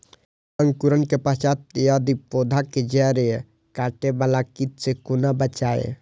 अंकुरण के पश्चात यदि पोधा के जैड़ काटे बाला कीट से कोना बचाया?